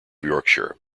yorkshire